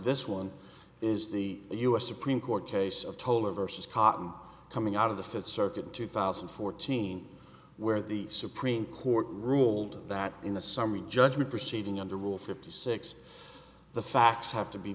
this one is the us supreme court case of tolar vs cotton coming out of the fifth circuit in two thousand and fourteen where the supreme court ruled that in the summary judgment proceeding under rule fifty six the facts have to be